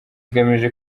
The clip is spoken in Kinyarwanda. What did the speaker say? ugamije